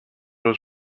was